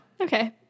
Okay